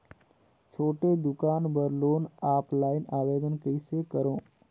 छोटे दुकान बर लोन ऑफलाइन आवेदन कइसे करो?